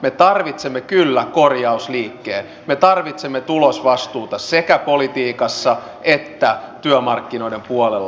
me tarvitsemme kyllä korjausliikkeen me tarvitsemme tulosvastuuta sekä politiikassa että työmarkkinoiden puolella